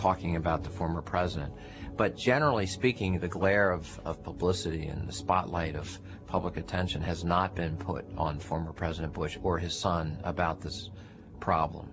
talking about the former president but generally speaking the glare of publicity and the spotlight of public attention has not been put on former president bush or his son about this problem